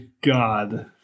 God